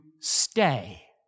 stay